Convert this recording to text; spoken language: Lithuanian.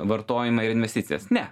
vartojimą ir investicijas ne